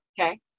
Okay